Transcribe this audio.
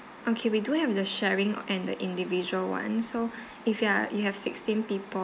okay we do have the sharing and the individual [one] so if you are you have sixteen people